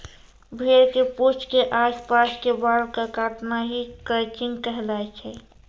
भेड़ के पूंछ के आस पास के बाल कॅ काटना हीं क्रचिंग कहलाय छै